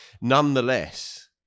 Nonetheless